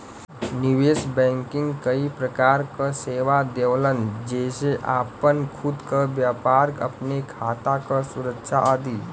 निवेश बैंकिंग कई प्रकार क सेवा देवलन जेसे आपन खुद क व्यापार, अपने खाता क सुरक्षा आदि